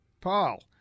Paul